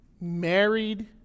Married